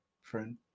friend